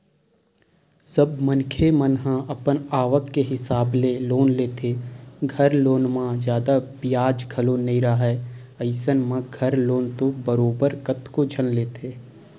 सब मनखे मन ह अपन आवक के हिसाब ले लोन लेथे, घर लोन म जादा बियाज घलो नइ राहय अइसन म घर लोन तो बरोबर कतको झन लेथे